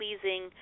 pleasing